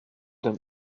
them